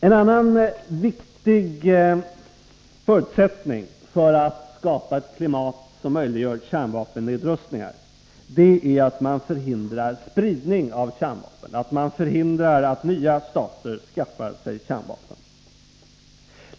En annan viktig förutsättning för att skapa ett klimat som möjliggör kärnvapennedrustning är att förhindra spridning av kärnvapen, förhindra att nya stater skaffar sig kärnvapen.